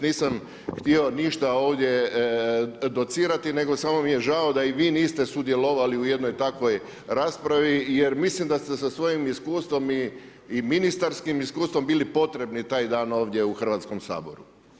Nisam htio ništa ovdje docirati, nego samo mi je žao da i vi niste sudjelovali u jednoj takvoj raspravi, jer mislim da ste sa svojim iskustvom i ministarskim iskustvom bili potrebni taj dan ovdje u Hrvatskom saboru.